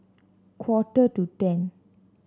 quarter to ten